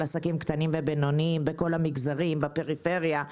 עסקים קטנים ובינוניים בכל המגזרים בפריפריה,